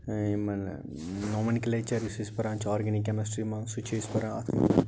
یِمن نومنکٕلیچر یُس أسۍ پَران چھِ آرگنِک کٮ۪مسٹری منٛز سُہ چھِ أسۍ پَران